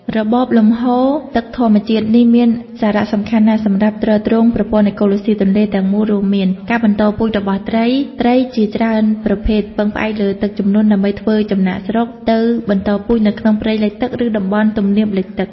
របបលំហូរទឹកធម្មជាតិនេះមានសារៈសំខាន់ណាស់សម្រាប់ ទ្រទ្រង់ប្រព័ន្ធអេកូឡូស៊ីទន្លេ ទាំងមូលរួមមាន ការបន្តពូជរបស់ត្រី ត្រីជាច្រើនប្រភេទពឹងផ្អែកលើទឹកជំនន់ដើម្បីធ្វើចំណាកស្រុកទៅបន្តពូជនៅក្នុងព្រៃលិចទឹក ឬតំបន់ទំនាបលិចទឹក។